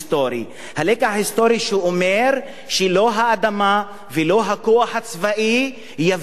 הלקח ההיסטורי שאומר שלא האדמה ולא הכוח הצבאי יביאו ביטחון.